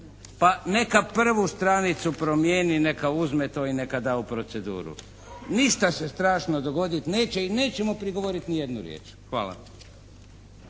pa neka prvu stranicu promijeni, neka uzme to i neka da u proceduru. Ništa se strašno dogoditi neće i nećemo prigovoriti ni jednu riječ. Hvala.